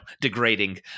degrading